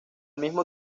mismo